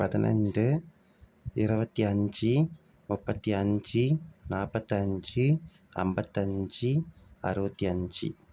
பதினைந்து இருபத்தி அஞ்சு முப்பத்தி அஞ்சு நாற்பத்தஞ்சி ஐம்பத்தஞ்சி அறுபத்தி அஞ்சு